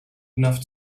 enough